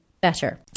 better